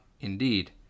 indeed